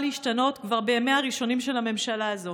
להשתנות כבר בימיה הראשונים של הממשלה הזאת.